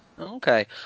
Okay